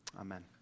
Amen